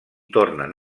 tornen